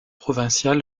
provincial